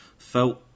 felt